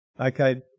Okay